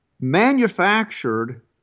manufactured